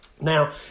Now